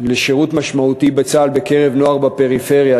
לשירות משמעותי בצה"ל בקרב נוער בפריפריה,